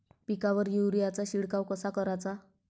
पिकावर युरीया चा शिडकाव कसा कराचा?